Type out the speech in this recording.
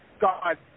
God